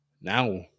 now